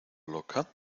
loca